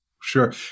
Sure